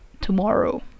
tomorrow